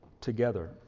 together